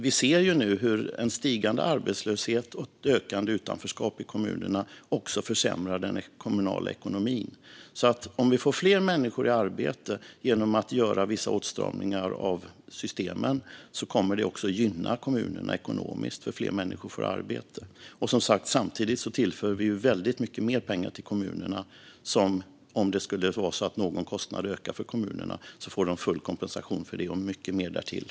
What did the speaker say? Vi ser nu hur en stigande arbetslöshet och ett ökande utanförskap i kommunerna också försämrar den kommunala ekonomin, så om vi får fler människor i arbete genom att göra vissa åtstramningar av systemen kommer det även att gynna kommunerna ekonomiskt. Fler människor får ju arbete. Samtidigt tillför vi som sagt väldigt mycket mer pengar till kommunerna, så om det skulle vara så att någon kostnad ökar för kommunerna får de full kompensation för det - och mycket mer därtill.